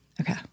Okay